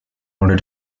order